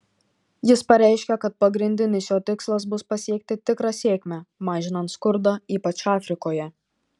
jis pareiškė kad pagrindinis jo tikslas bus pasiekti tikrą sėkmę mažinant skurdą ypač afrikoje